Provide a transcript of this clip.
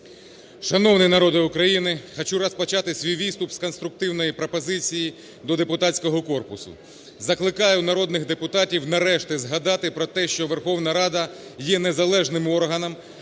Шановний народе України! Хочу розпочати свій виступ з конструктивної пропозиції до депутатського корпусу. Закликаю народних депутатів нарешті згадати про те, що Верховна Рада є незалежним органом,